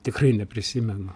tikrai neprisimena